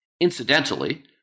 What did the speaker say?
Incidentally